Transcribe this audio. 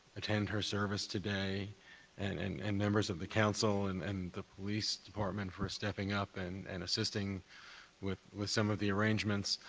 attend her service today and and and members of the council and and the police department for stepping up and and with with some of the arrangements.